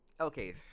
okay